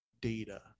data